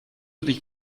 dich